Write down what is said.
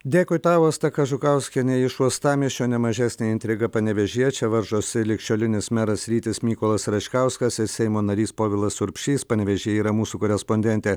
dėkui tau asta kažukauskienė iš uostamiesčio ne mažesnė intriga panevėžy čia varžosi ligšiolinis meras rytis mykolas račkauskas ir seimo narys povilas urbšys panevėžyje yra mūsų korespondentė